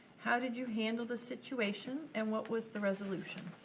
how did you handle the situation, and what was the resolution?